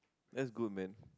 that's good man